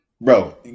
Bro